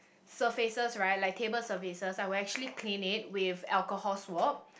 surfaces right like table surfaces I will clean it with alcohol swab